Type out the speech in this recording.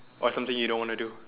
or something you don't want to do